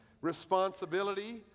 responsibility